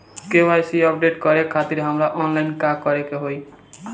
KYC update करे खातिर हमरा ऑनलाइन का करे के होई?